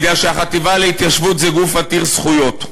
בגלל שהחטיבה להתיישבות היא גוף עתיר זכויות,